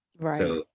Right